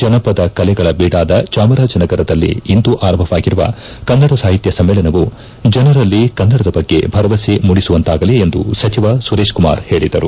ಜನಪದ ಕಲೆಗಳ ಬೀಡಾದ ಚಾಮರಾಜನಗರದಲ್ಲಿ ಇಂದು ಆರಂಭವಾಗಿರುವ ಕನ್ನಡ ಸಾಹಿತ್ಯ ಸಮ್ಮೇಳನವು ಜನರಲ್ಲಿ ಕನ್ನಡದ ಬಗ್ಗೆ ಭರವಸೆ ಮೂಡಿಸುವಂತಾಗಲಿ ಎಂದು ಸಚಿವ ಸುರೇಶಕುಮಾರ್ ಹೇಳಿದರು